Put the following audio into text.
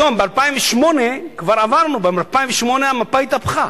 היום, ב-2008 המפה התהפכה.